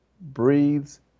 breathes